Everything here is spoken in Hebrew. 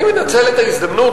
אני מנצל את ההזדמנות,